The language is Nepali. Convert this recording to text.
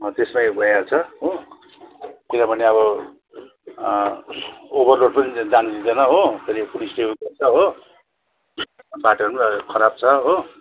त्यसमै भइहाल्छ हो किनभने अब ओभर लोड पनि जानु दिँदैन हो फेरि पुलिसले उयो गर्छ हो बाटोहरू अहिले खराब छ हो